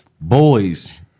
boys